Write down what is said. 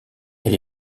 elle